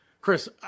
Chris